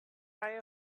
buy